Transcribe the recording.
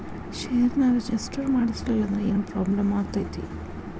ಷೇರ್ನ ರಿಜಿಸ್ಟರ್ ಮಾಡ್ಸಿಲ್ಲಂದ್ರ ಏನ್ ಪ್ರಾಬ್ಲಮ್ ಆಗತೈತಿ